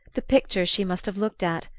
the pictures she must have looked at,